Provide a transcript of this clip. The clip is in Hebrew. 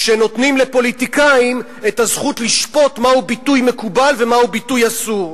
כשנותנים לפוליטיקאים את הזכות לשפוט מהו ביטוי מקובל ומהו ביטוי אסור.